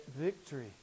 victory